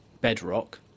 bedrock